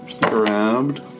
Grabbed